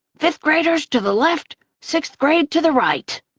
fifth graders to the left, sixth grade to the right,